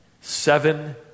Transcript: Seven